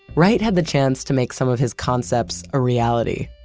wright had the chance to make some of his concepts a reality,